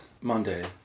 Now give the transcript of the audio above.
Monday